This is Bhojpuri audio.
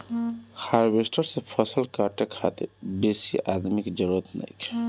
हार्वेस्टर से फसल काटे खातिर बेसी आदमी के जरूरत नइखे